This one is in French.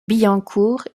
billancourt